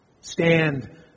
Stand